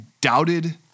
doubted